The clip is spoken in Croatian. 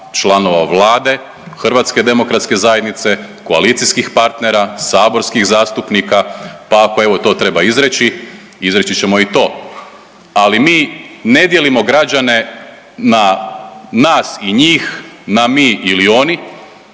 članova Vlade, HDZ-a, koalicijskih partnera, saborskih zastupnika, pa ako evo to treba izreći izreći ćemo i to, ali mi ne dijelimo građane na nas i njih, na mi ili oni,